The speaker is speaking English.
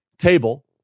table